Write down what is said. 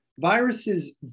Viruses